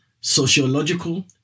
sociological